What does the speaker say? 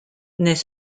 n’est